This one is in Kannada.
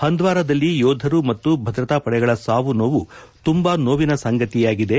ಹಂದ್ವಾರದಲ್ಲಿ ಯೋಧರು ಮತ್ತು ಭದ್ರತಾ ಪಡೆಗಳ ಸಾವು ನೋವು ತುಂಬಾ ನೋವಿನ ಸಂಗತಿಯಾಗಿದೆ